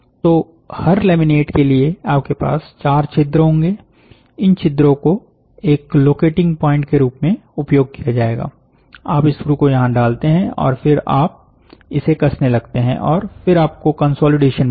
तो हर लैमिनेट के लिए आपके पास चार छिद्र होंगे इन छिद्रों को एक लोकेटिंग पॉइंट के रूप में उपयोग किया जाएगा आप स्क्रू को यहां डालते हैं और फिर आप इसे कसने लगते हैं और फिर आपको कंसोलिडेशन मिलता है